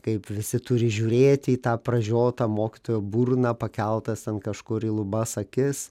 kaip visi turi žiūrėti į tą pražiotą mokytojo burną pakeltas ten kažkur į lubas akis